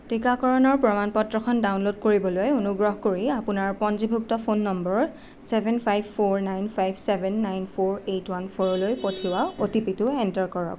টিকাকৰণৰ প্ৰমাণ পত্ৰখন ডাউনল'ড কৰিবলৈ অনুগ্ৰহ কৰি আপোনাৰ পঞ্জীভুক্ত phone number seven five four nine five seven nine four eight one ফ'ৰলৈ পঠিওৱা অ'টিপিটো এণ্টাৰ কৰক